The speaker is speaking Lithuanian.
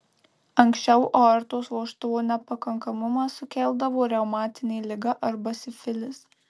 anksčiau aortos vožtuvo nepakankamumą sukeldavo reumatinė liga arba sifilis